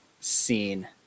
scene